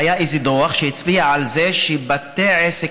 היה איזה דוח שהצביע על זה שבתי עסק